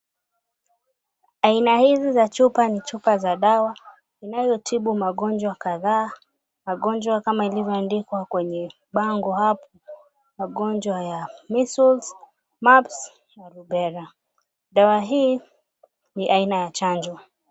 Aina hizi za chupa ni chupa za dawa inayotibu magonjwa kadhaa. Magonjwa, kama ilivyoandikwa kwenye bango hapo, magonjwa ya Measles, Mumps na Rubella. Dawa hii ni aina ya chanjo.